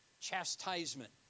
chastisement